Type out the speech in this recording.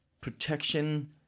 Protection